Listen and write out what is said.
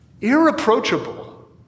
irreproachable